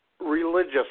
religious